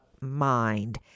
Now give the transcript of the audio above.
mind